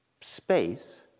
space